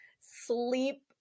sleep